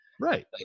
Right